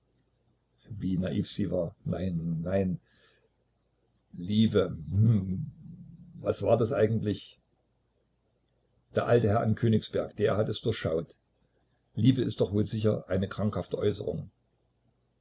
wie naiv sie war nein nein liebe hm was war das eigentlich der alte herr in königsberg der hat es durchschaut liebe ist doch wohl sicher eine krankhafte äußerung